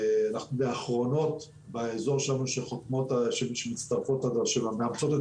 אנחנו מהאחרונות באזור שלנו שמאמצות את